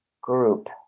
group